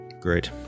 Great